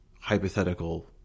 hypothetical